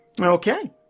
Okay